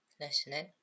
listening